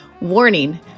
Warning